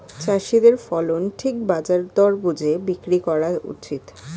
চাষীদের ফসল ঠিক বাজার দর বুঝে বিক্রি করা উচিত